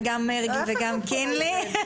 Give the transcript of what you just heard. וגם חבר הכנסת טור-פז,